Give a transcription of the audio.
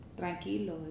Tranquilo